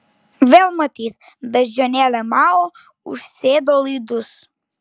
vėl matyt beždžionėlė mao užsėdo laidus